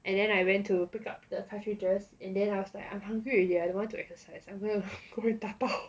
and then I went to pick up the cartridges and then after I'm hungry already I don't want to exercise I'm going to go and 打包